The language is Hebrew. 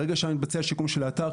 ברגע שמתבצע שיקום של האתר,